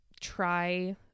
try